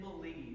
believe